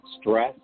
stress